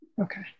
Okay